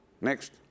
Next